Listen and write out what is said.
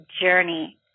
journey